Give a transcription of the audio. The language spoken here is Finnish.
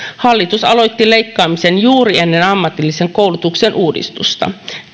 hallitus aloitti leikkaamisen juuri ennen ammatillisen koulutuksen uudistusta